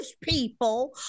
people